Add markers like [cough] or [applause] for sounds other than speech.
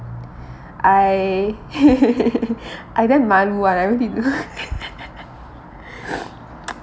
I [laughs] I damn malu [one] [laughs]